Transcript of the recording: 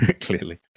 clearly